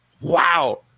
wow